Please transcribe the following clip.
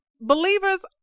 believers